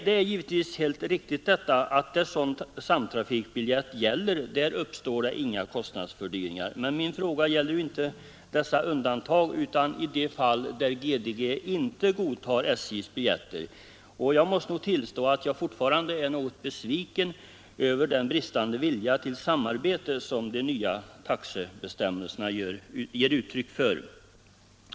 Det är givetvis helt riktigt att där sådan samtrafikbiljett gäller uppstår det inga kostnadsfördyringar, men min fråga gällde ju inte dessa undantag utan de fall där GDG inte godtar SJ:s biljetter. Och jag måste tillstå att jag fortfarande är litet besviken över den bristande vilja till samarbete som de nya taxebestämmelserna ger uttryck för.